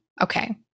Okay